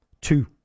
Two